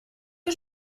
que